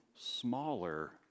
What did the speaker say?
smaller